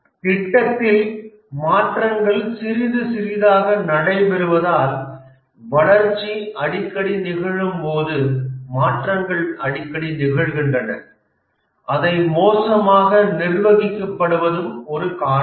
திட்டத்தில் மாற்றங்கள் சிறிது சிறிதாக நடைபெறுவதால் வளர்ச்சி அடிக்கடி நிகழும்போது மாற்றங்கள் அடிக்கடி நிகழ்கின்றன அதை மோசமாக நிர்வகிக்கப்படுவதும் ஒரு காரணம்